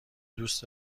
دوست